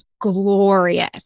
glorious